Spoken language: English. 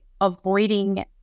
avoiding